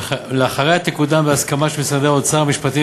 ולאחריה היא תקודם בהסכמה של משרדי האוצר והמשפטים